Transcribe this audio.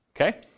okay